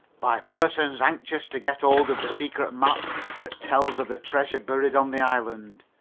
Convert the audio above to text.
by persons anxious to get hold of the secret map that tells of the treasure buried on the island.